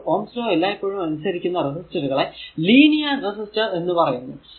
അപ്പോൾ Ohm's law എല്ലായ്പോഴും അനുസരിക്കുന്ന റെസിസ്റ്ററുകളെ ലീനിയർ റെസിസ്റ്റർ എന്ന് പറയുന്നു